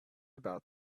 about